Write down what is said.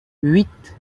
huit